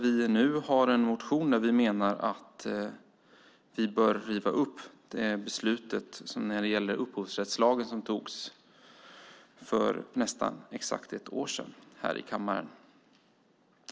Vi har väckt en motion där vi menar att beslutet när det gäller upphovsrättslagen som fattades för nästan exakt ett år sedan i kammaren bör rivas upp.